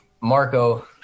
marco